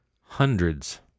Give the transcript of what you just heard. hundreds